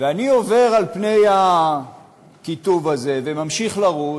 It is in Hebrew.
ואני עובר על פני הכיתוב הזה, וממשיך לרוץ,